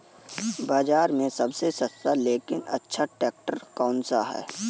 बाज़ार में सबसे सस्ता लेकिन अच्छा ट्रैक्टर कौनसा है?